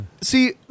See